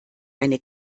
eine